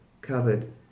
covered